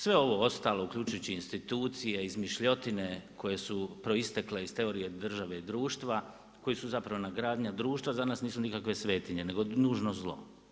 Sve ovo ostalo, uključujući institucije, izmišljotine koje su proistekle iz teorije države i društva, koje su nadogradnja društva, za nas nisu nikakve svetinje nego nužno zlo.